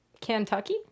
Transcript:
Kentucky